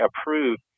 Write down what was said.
approved